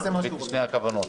הצדדים ואת שתי הכוונות.